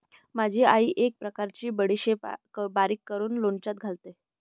माझी आई एक प्रकारची बडीशेप बारीक करून लोणच्यात घालते